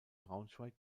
braunschweig